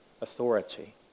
authority